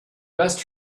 rest